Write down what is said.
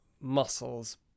muscles